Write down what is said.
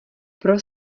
pro